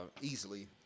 easily